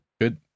Good